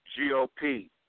GOP